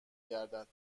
گردد